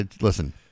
listen